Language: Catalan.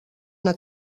una